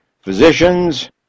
physicians